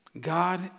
God